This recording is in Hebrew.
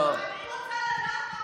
המצופה מהם,